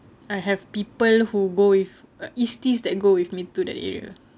I have people who go with easties that go with me to that area